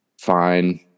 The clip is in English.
Fine